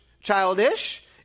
Childish